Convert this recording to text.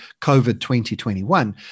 COVID-2021